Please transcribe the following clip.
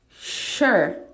Sure